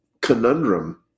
conundrum